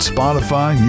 Spotify